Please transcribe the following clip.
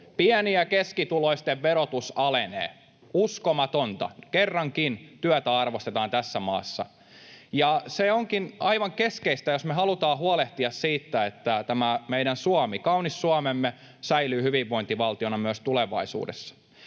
Pieni- ja keskituloisten verotus alenee — uskomatonta, kerrankin työtä arvostetaan tässä maassa. Se onkin aivan keskeistä, jos me halutaan huolehtia siitä, että tämä meidän Suomi, kaunis Suomemme, säilyy hyvinvointivaltiona myös tulevaisuudessa.